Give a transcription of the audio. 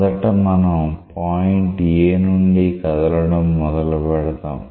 మొదటగా మనం point A నుండి కదలడం మొదలుపెడతాం